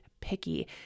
picky